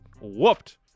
whooped